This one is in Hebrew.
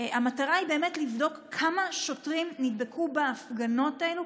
המטרה היא באמת לבדוק כמה שוטרים נדבקו בהפגנות האלה,